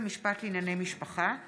הצעת חוק בית המשפט לענייני משפחה (תיקון,